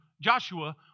Joshua